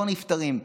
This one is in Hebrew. לא נפטרים,